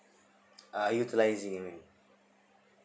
uh utilizing